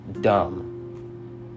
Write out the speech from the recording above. dumb